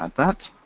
um that,